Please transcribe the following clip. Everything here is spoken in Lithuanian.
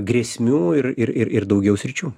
grėsmių ir ir ir ir daugiau sričių